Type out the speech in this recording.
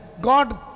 God